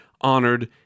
honored